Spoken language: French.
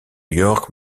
york